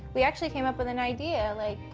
we actually came up with an idea. like,